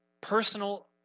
personal